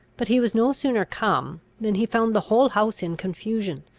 but he was no sooner come, than he found the whole house in confusion,